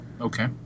Okay